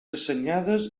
assenyades